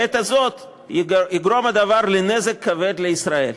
בעת הזאת יגרום הדבר נזק כבד לישראל.